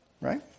Right